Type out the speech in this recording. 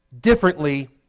differently